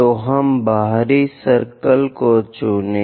तो हम बाहरी सर्कल को चुनें